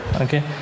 okay